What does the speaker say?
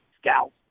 scouts